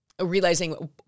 realizing